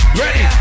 ready